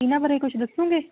ਇਹਨਾਂ ਬਾਰੇ ਕੁਝ ਦੱਸੋਂਗੇ